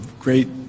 great